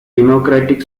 democratic